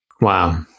Wow